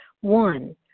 One